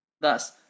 Thus